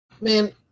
man